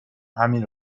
همین